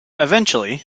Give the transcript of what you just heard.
eventually